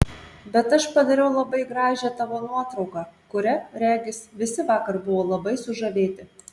bet aš padariau labai gražią tavo nuotrauką kuria regis visi vakar buvo labai sužavėti